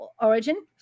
origin